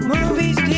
Movies